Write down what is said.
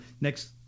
next